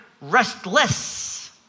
restless